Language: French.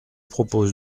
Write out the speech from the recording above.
propose